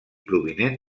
provinent